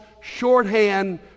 shorthand